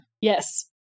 Yes